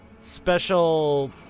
special